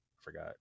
Forgot